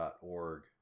org